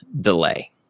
delay